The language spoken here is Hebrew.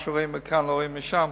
מה שרואים מכאן לא רואים משם.